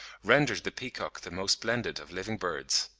rendered the peacock the most splendid of living birds.